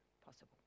possible